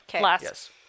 last